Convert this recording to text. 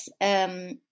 Yes